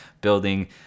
building